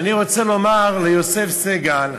ואני רוצה לומר ליוסף סגל,